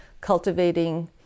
cultivating